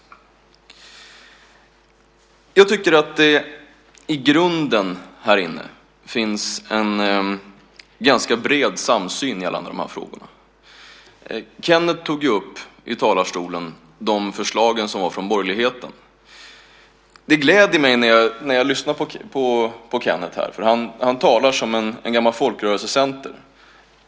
Jag tycker att det i grunden här inne finns en ganska bred samsyn i alla de här frågorna. Kenneth Johansson tog i talarstolen upp de förslag som kommit från borgerligheten. Det gläder mig att lyssna på Kenneth, för han talar som gammal folkrörelsecenter.